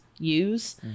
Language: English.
Use